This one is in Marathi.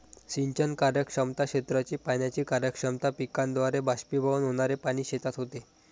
सिंचन कार्यक्षमता, क्षेत्राची पाण्याची कार्यक्षमता, पिकाद्वारे बाष्पीभवन होणारे पाणी शेतात होते